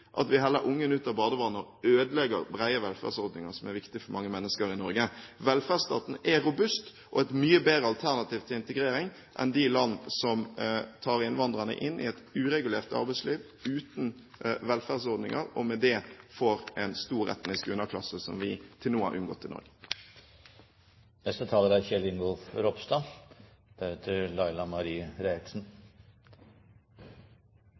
at det ikke skal bety at vi heller ungen ut med badevannet og ødelegger brede velferdsordninger som er viktig for mange mennesker i Norge. Velferdsstaten er robust og et mye bedre alternativ til integrering enn de land som tar innvandrerne inn i et uregulert arbeidsliv uten velferdsordninger, og med det får en stor etnisk underklasse som vi til nå har unngått